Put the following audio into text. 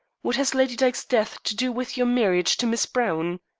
what has lady dyke's death to do with your marriage to miss browne?